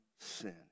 sin